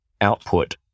output